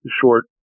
short